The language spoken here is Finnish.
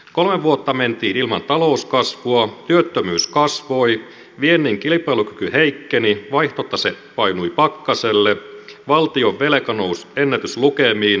kolme vuotta mentiin ilman talouskasvua työttömyys kasvoi viennin kilpailukyky heikkeni vaihtotase painui pakkaselle valtionvelka nousi ennätyslukemiin